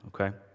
okay